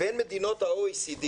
בין מדינות ה-OECD